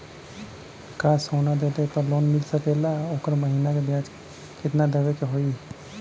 का सोना देले पे लोन मिल सकेला त ओकर महीना के ब्याज कितनादेवे के होई?